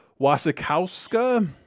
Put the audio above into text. Wasikowska